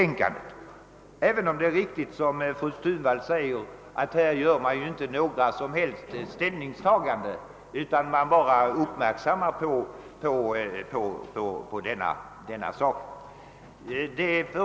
Som fru 'Thunvall säger gör de som har avgivit det särskilda yttrandet inte något som helst ställningstagande, utan de fäster bara uppmärksamheten på denna sak.